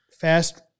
Fast